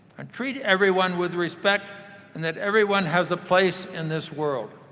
and treat everyone with respect and that everyone has a place in this world.